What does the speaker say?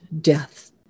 death